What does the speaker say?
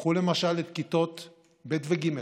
קחו למשל את כיתות ב' וג'.